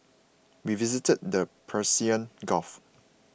we visited their Persian Gulf